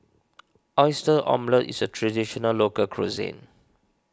Oyster Omelette is a Traditional Local Cuisine